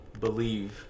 believe